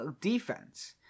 defense